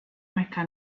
mecca